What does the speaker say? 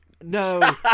No